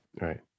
Right